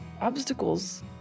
Obstacles